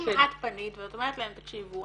אם את פנית ואת אומרת להם תקשיבו,